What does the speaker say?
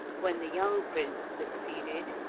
when the young prince succeeded,